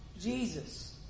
Jesus